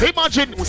Imagine